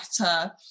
better